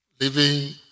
Living